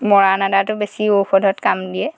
মৰাণ আদাটো বেছি ঔষধত কাম দিয়ে